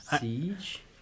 Siege